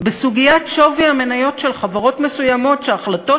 בסוגיית שווי המניות של חברות מסוימות שהחלטות